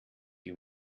die